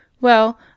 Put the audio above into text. Well